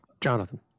Jonathan